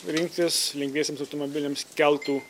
rinktis lengviesiems automobiliams keltų